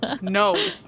No